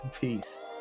peace